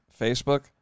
facebook